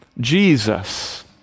Jesus